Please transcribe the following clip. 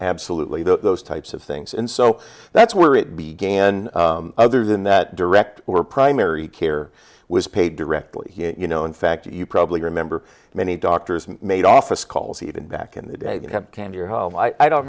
absolutely those types of things and so that's where it began other than that direct were primary care was paid directly you know in fact you probably remember many doctors made office calls even back in the day that have canned your home i don't